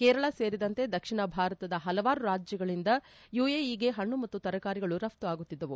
ಕೇರಳ ಸೇರಿದಂತೆ ದಕ್ಷಿಣ ಭಾರತದ ಹಲವಾರು ರಾಜ್ಯಗಳಿಂದ ಯುಎಇಗೆ ಹಣ್ಣು ಮತ್ತು ತರಕಾರಿಗಳು ರಘ್ತು ಆಗುತ್ತಿತ್ತು